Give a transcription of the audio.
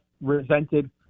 resented